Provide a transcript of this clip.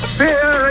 fear